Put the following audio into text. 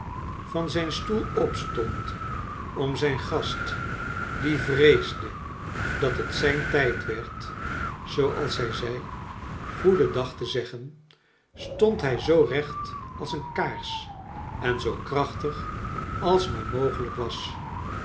van zijn stoel ops t and om zijn gast die vreesde dat het zijn tijd werd zooals hij zei goedendag te zeggen stond hij zoo recht als een kaars en zoo krachtig als maar mogelijk was